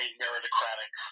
meritocratic